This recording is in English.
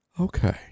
okay